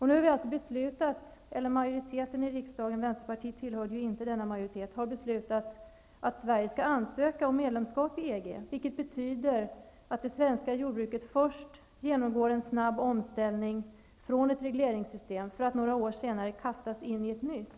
Nu har en majoritet i riksdagen -- Vänsterpartiet tillhörde inte den majoriteten -- beslutat att Sverige skall ansöka om medlemskap i EG. Det betyder att det svenska jordbruket först genomgår en snabb omställning från ett regleringssystem, för att några år senare kastas in i ett nytt.